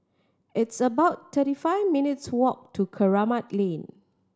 it's about thirty five minutes' walk to Kramat Lane